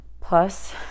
Plus